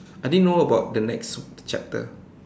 I didn't know about the next chapter